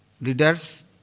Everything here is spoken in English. leaders